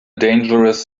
dangerous